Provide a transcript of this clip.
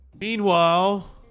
Meanwhile